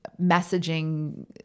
messaging